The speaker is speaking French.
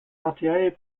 intérêt